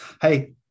Hey